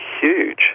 huge